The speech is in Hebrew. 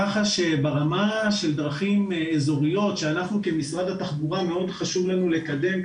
כך שברמה של דרכים אזוריות שאנחנו כמשרד התחבורה מאוד חשוב לנו לקדם,